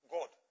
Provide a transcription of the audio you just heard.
God